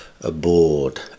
aboard